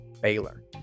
Baylor